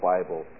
Bible